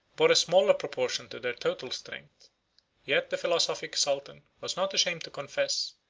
bore a smaller proportion to their total strength yet the philosophic sultan was not ashamed to confess,